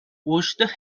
washed